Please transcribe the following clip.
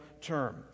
term